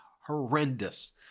horrendous